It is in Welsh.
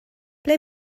ble